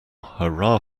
hurrah